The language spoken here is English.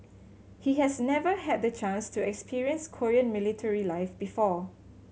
he has never had the chance to experience Korean military life before